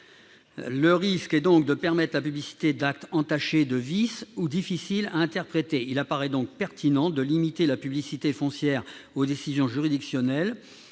Le risque est donc de permettre la publicité d'actes entachés de vices ou difficiles à interpréter. Il apparaît donc pertinent de limiter la publicité foncière aux décisions juridictionnelles,